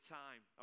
time